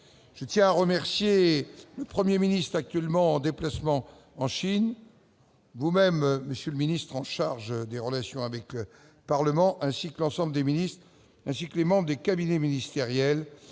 également à remercier le Premier ministre, actuellement en déplacement en Chine, vous-même, monsieur le secrétaire d'État chargé des relations avec le Parlement, et l'ensemble des ministres, ainsi que les membres des cabinets ministériels,